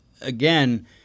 again